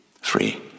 Free